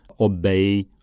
obey